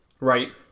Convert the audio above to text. right